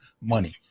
money